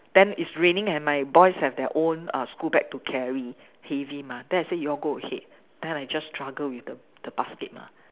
then it's raining and my boys have their own uh school bag to carry heavy mah then I say you all go ahead then I just struggle with the the basket mah